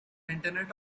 internet